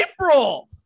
April